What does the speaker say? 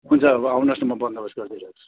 हुन्छ अब आउनु होस् न म बन्दोबस्त गरिदिराख्छु